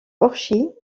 orchies